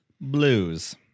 blues